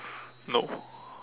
no